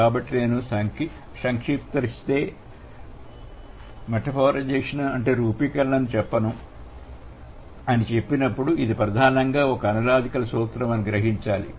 కాబట్టి నేను సంక్షిప్తీకరిస్తే నేను రూపకీకరణ అని చెప్పినప్పుడు ఇది ప్రధానంగా ఒక అనలాజికల్ సూత్రం అని గ్రహించాలి